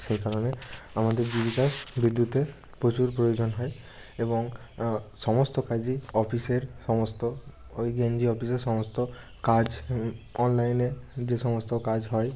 সেই কারণে আমাদের জীবিকায় বিদ্যুতের প্রচুর প্রয়োজন হয় এবং সমস্ত কাজে অফিসের সমস্ত ওই গেঞ্জি অফিসের সমস্ত কাজ অনলাইনে যে সমস্ত কাজ হয়